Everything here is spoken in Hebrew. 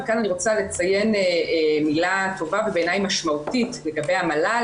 וכאן אני רוצה לציין מילה טובה ובעיני משמעותית לגבי המל"ל,